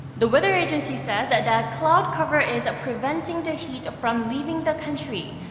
the weather agency says that cloud cover is preventing the heat from leaving the country,